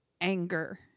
anger